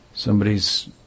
somebody's